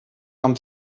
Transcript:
haben